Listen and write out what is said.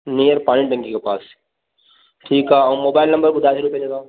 near पानी टंकी के पास ठीकु आहे ऐं मोबाइल नंबर ॿुधाए छॾियो पंहिंजो तव्हां